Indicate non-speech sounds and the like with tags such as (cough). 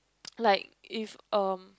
(noise) like if um